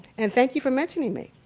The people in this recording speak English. and thank you for mentioning me.